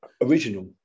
original